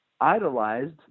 idolized